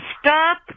stop